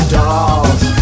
dolls